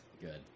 Good